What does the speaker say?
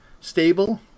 stable